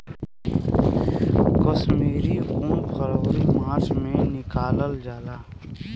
कश्मीरी उन फरवरी मार्च में निकालल जाला